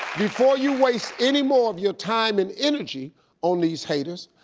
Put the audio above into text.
before you waste anymore of your time and energy on these haters,